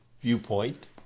viewpoint